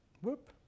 Whoop